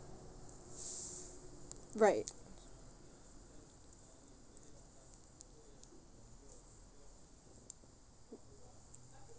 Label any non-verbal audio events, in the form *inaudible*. *breath* right